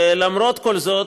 למרות כל זאת,